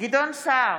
גדעון סער,